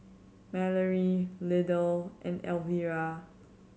Mallory Lydell and Elvira